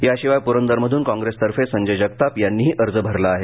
याशिवाय पुरंदर मधून काँप्रेसतर्फे संजय जगताप यांनीही अर्ज भरला आहे